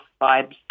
vibes